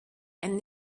and